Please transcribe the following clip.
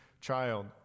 child